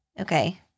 Okay